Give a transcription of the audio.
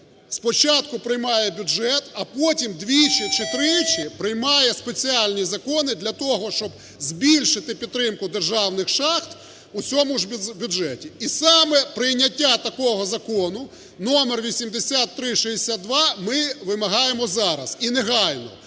спочатку приймає бюджет, а потім двічі чи тричі приймає спеціальні закони для того, щоб збільшити підтримку державних шахт у цьому бюджеті. І саме прийняття такого Закону номер 8362 ми вимагаємо зараз і негайно,